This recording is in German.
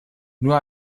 nur